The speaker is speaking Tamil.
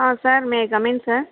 ah sir may I coming sir